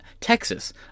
Texas